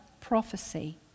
prophecy